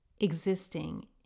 existing